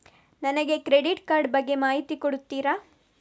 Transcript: ನನಗೆ credit card ಬಗ್ಗೆ ಮಾಹಿತಿ ಕೊಡುತ್ತೀರಾ?